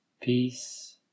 Peace